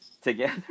together